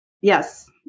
Yes